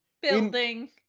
building